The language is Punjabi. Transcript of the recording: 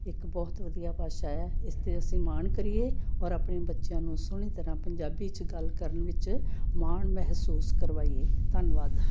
ਇੱਕ ਬਹੁਤ ਵਧੀਆ ਭਾਸ਼ਾ ਹੈ ਇਸ 'ਤੇ ਅਸੀਂ ਮਾਣ ਕਰੀਏ ਔਰ ਆਪਣੇ ਬੱਚਿਆਂ ਨੂੰ ਸੋਹਣੀ ਤਰ੍ਹਾਂ ਪੰਜਾਬੀ 'ਚ ਗੱਲ ਕਰਨ ਵਿੱਚ ਮਾਣ ਮਹਿਸੂਸ ਕਰਵਾਈਏ ਧੰਨਵਾਦ